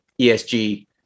ESG